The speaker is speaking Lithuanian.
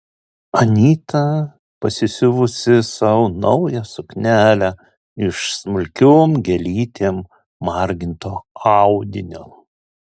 anyta pasisiuvusi sau naują suknelę iš smulkiom gėlytėm marginto audinio